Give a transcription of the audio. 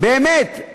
באמת,